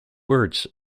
words